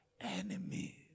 enemy